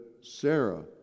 Sarah